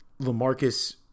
lamarcus